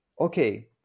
Okay